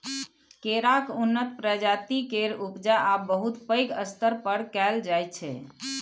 केराक उन्नत प्रजाति केर उपजा आब बहुत पैघ स्तर पर कएल जाइ छै